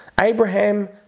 Abraham